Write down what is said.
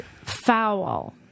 foul